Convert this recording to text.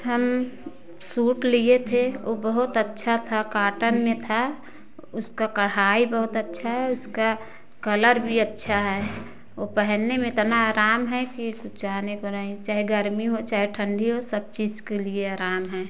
हम सूट लिए थे वो बहुत अच्छा था कॉटन में था उसका कढ़ाई बहुत अच्छा है उसका कलर भी अच्छा है वो पहनने में इतना आराम है की कुछ चाहने को नहीं चाहे गर्मी हो चाहे ठंडी हो सब चीज के लिए आराम है